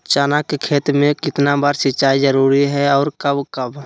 चना के खेत में कितना बार सिंचाई जरुरी है और कब कब?